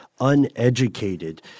uneducated